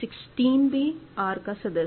1 by 16 भी R का सदस्य है